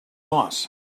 moss